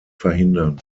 verhindern